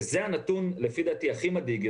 וזה הנתון לפי דעתי הכי מדאיג,